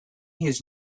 his